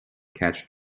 catch